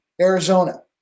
arizona